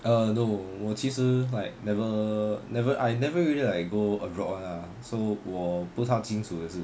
err no 我其实 like never never I never really like go abroad [one] lah so 我不太清楚也是